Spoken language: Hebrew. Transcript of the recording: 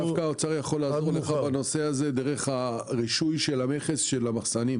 דווקא האוצר יכול לעזור בנושא הזה דרך הרישוי של המכס של המחסנים.